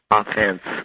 offense